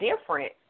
different